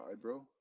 bro